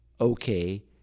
okay